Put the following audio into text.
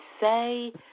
say